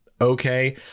okay